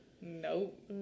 nope